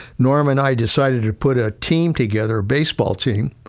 norm and i decided to put a team together, baseball team,